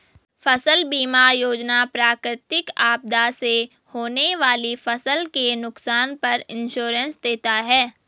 फसल बीमा योजना प्राकृतिक आपदा से होने वाली फसल के नुकसान पर इंश्योरेंस देता है